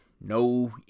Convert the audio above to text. No